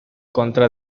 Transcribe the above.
contra